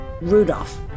Rudolph